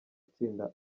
itsinda